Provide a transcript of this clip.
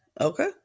Okay